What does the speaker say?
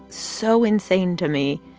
so insane to me.